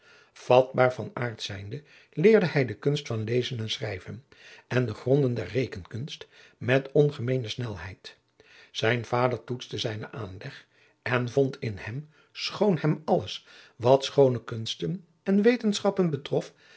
vatbaar van aard zijnde leerde hij de kunst van lezen en schrijven en de gronden der rekenkunst met ongemeene snelheid zijn vader toetste zijnen aanleg en vond in hem schoon hem alles wat schoone kunsten en wetenschappen betrof